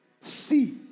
see